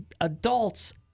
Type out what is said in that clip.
adults